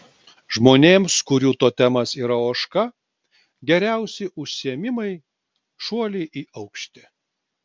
žmonėms kurių totemas yra ožka geriausi užsiėmimai šuoliai į aukštį